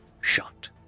shot